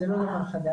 זה לא דבר חדש.